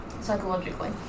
Psychologically